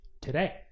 today